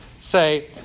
say